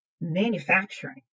manufacturing